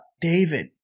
David